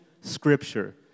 Scripture